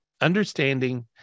understanding